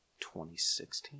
2016